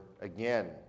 again